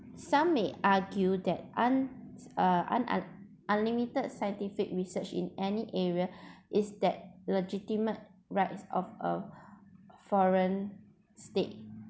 some may argued that un~ uh un~ unlimited scientific research in any area is that legitimate right of uh foreign states